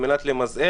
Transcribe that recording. על מנת למזער,